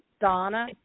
donna